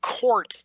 court